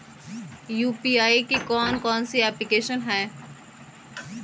UPI की कौन कौन सी एप्लिकेशन हैं?